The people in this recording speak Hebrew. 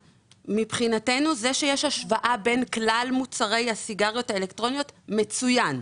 מבחינתנו זה שיש השוואה בין כלל מוצרי הסיגריות האלקטרוניות מצוין.